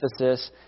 emphasis